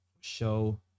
Show